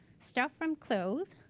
start from clothes,